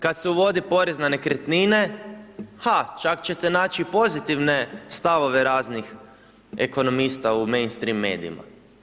Kad se uvodi porez na nekretnine, ha, čak će te naći i pozitivne stavove raznih ekonomista u main stream medijima.